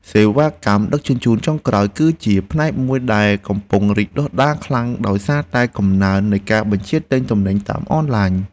សេវាកម្មដឹកជញ្ជូនចុងក្រោយ គឺជាផ្នែកមួយដែលកំពុងរីកដុះដាលខ្លាំងដោយសារតែកំណើននៃការបញ្ជាទិញទំនិញតាមអនឡាញ។